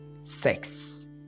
Sex